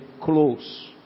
close